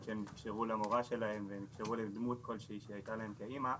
עד שהן נקשרו למורה שלהן והן נקשרו לדמות כלשהי שהייתה להן כאמא,